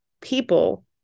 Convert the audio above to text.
people